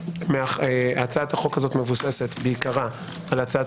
הצעת החוק הזו מבוססת בעיקרה על הצעת